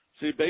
See